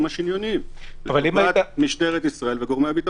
השונים - משטרת ישראל וגורמי הביטחון.